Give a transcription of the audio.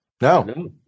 no